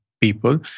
people